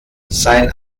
sein